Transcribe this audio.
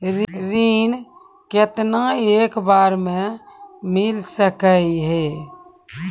ऋण केतना एक बार मैं मिल सके हेय?